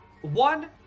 One